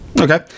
okay